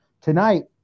tonight